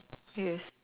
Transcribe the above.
yes